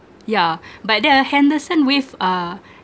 yeah but the henderson wave uh